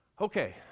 Okay